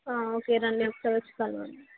okay రండి ఒకసారి వచ్చి కలవండి